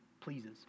pleases